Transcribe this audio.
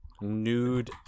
Nude